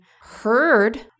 heard